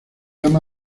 llama